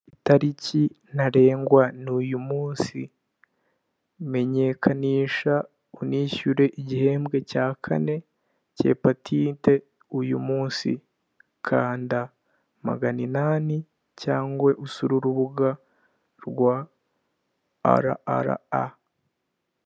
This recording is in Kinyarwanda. Itariki ntarengwa ni uyu munsi, menyekanisha unishyure igihembwe cya kane cyepatite uyu munsi, kanda magana inani cyangwa usure urubuga rwa ara ara a.